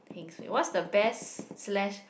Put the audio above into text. heng suay what's the best slash